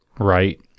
right